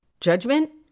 Judgment